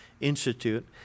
Institute